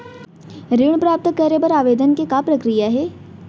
ऋण प्राप्त करे बर आवेदन के का प्रक्रिया हे?